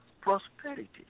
prosperity